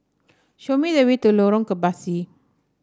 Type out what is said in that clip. show me the way to Lorong Kebasi